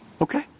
Okay